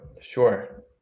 sure